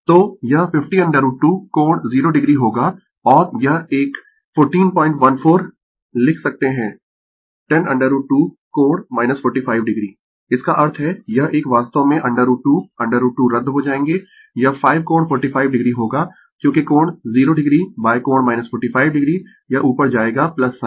तो यह 50 √ 2 कोण 0 o होगा और यह एक 1414 लिख सकते है 10 √ 2 कोण 45 o इसका अर्थ है यह एक वास्तव में √ 2 √ 2 रद्द हो जायेंगें यह 5 कोण 45 o होगा क्योंकि कोण 0 o कोण 45 o यह ऊपर जाएगा sin